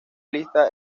lista